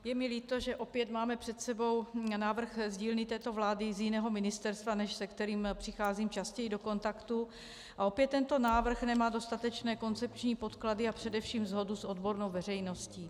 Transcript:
Je mi líto, že opět máme před sebou návrh z dílny této vlády z jiného ministerstva, než se kterým přicházím častěji do kontaktu, a opět tento návrh nemá dostatečné koncepční podklady a především shodu s odbornou veřejností.